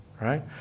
right